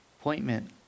appointment